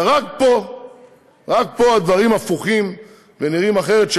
ורק פה הדברים הפוכים ונראים אחרת,